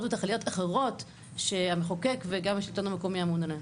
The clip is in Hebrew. ותכליות אחרות שהמחוקק וגם השלטון המקומי אמון עליהם.